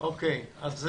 אתה רוצה